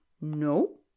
No